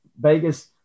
Vegas